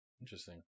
Interesting